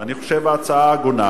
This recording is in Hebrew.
אני חושב שההצעה הגונה,